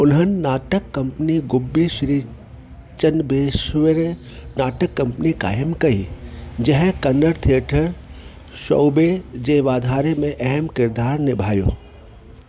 उन्हनि नाटक कंपनी गुब्बी श्री चन्नबसवेश्वर नाटक कंपनी काइमु कई जंहिं कन्नड़ थिएटर शौबे जे वाधारे में अहमु किरदार निभायो